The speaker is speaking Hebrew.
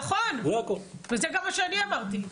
נכון, וזה גם מה שאני אמרתי.